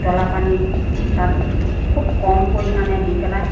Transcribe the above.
উতলা পানী তাত খুব কম পৰিমাণে দি পেলাই